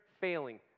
failing